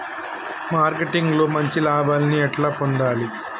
Marketing లో మంచి లాభాల్ని ఎట్లా పొందాలి?